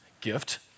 gift